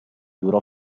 durò